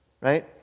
Right